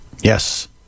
Yes